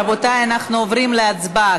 רבותיי, אנחנו עוברים להצבעה.